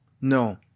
No